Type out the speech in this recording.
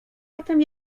potem